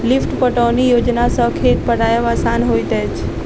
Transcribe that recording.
lift पटौनी योजना सॅ खेत पटायब आसान होइत अछि